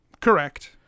Correct